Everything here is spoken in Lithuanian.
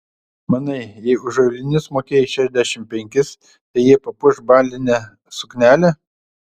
manai jei už aulinius mokėjai šešiasdešimt penkis tai jie papuoš balinę suknelę